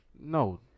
No